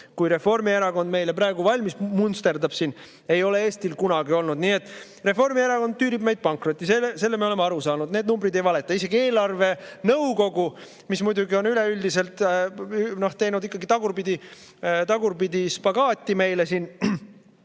kui Reformierakond meile praegu valmis munsterdab, ei ole Eestil kunagi olnud. Nii et Reformierakond tüürib meid pankrotti. Sellest me oleme aru saanud, need numbrid ei valeta. Isegi eelarvenõukogu, kes on üleüldiselt teinud meile siin tagurpidi spagaati,